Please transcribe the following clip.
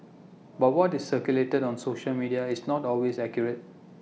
but what is circulated on social media is not always accurate